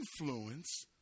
influence